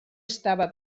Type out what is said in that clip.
estava